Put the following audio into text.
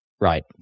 right